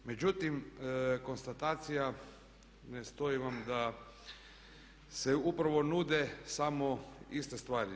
Međutim, konstatacija ne stoji vam da se upravo nude samo iste stvari.